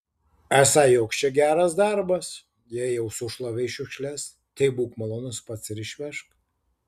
esą joks čia geras darbas jei jau sušlavei šiukšles tai būk malonus pats ir išvežk